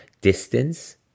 distance